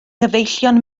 gyfeillion